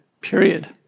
Period